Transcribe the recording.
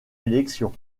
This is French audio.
élection